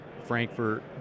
Frankfurt